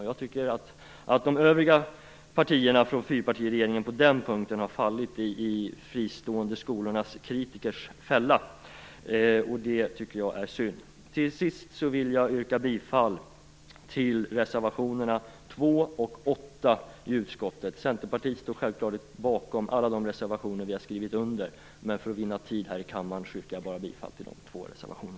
Jag tycker att de övriga partierna från fyrpartiregeringen på den punkten har fallit i de fristående skolornas kritikers fälla. Det tycker jag är synd. Till sist vill jag yrka bifall till reservationerna 2 och 8. Centerpartiet står självklart bakom alla reservationer vi har skrivit under, men för att vinna tid i kammaren yrkar jag bifall endast till dessa två.